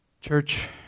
Church